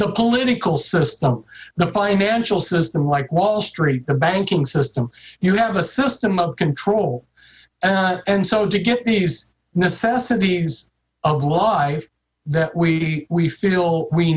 the political system the financial system like wall street the banking system you have a system of control and so to get these necessities of life that we feel we